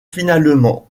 finalement